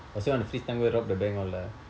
oh so you wanna freeze time go and rob the bank all lah